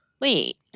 Wait